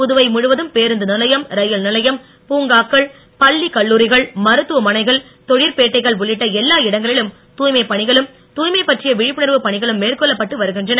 புதுவை முழுவதும் பேருந்து நிலையம் ரயில் நிலையம் பூங்காக்கள் பள்ளி கல்லூரிகள் மருத்துவமனைகள் தொழிற்பேட்டைகள் உள்ளிட்ட எல்லா இடங்களிலும் தூய்மைப்பணிகளும் தூய்மைப்பற்றிய விழிப்புணர்வு பணிகளும் மேற்கொள்ளப்பட்டு வருகின்றன